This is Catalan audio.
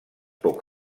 poc